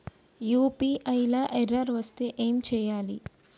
UPI లా error వస్తే ఏం చేయాలి?